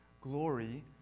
Glory